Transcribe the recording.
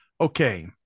Okay